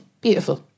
beautiful